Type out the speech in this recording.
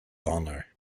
honor